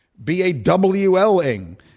B-A-W-L-ing